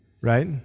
right